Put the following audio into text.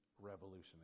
revolutionary